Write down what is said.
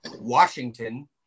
Washington